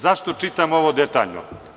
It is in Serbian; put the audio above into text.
Zašto čitam ovo detaljno?